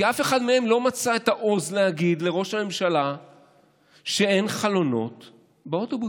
כי אף אחד מהם לא מצא את העוז להגיד לראש הממשלה שאין חלונות באוטובוס.